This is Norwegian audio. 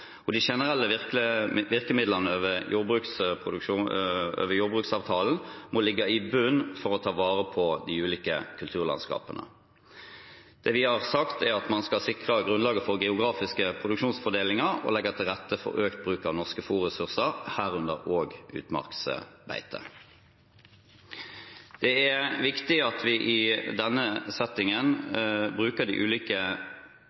De generelle virkemidlene over jordbruksavtalen må ligge i bunnen for å ta vare på de ulike kulturlandskapene. Det vi har sagt, er at man skal sikre grunnlaget for geografisk produksjonsfordeling og legge til rette for økt bruk av norske fôrressurser, herunder også utmarksbeite. Det er viktig at vi i denne settingen bruker de ulike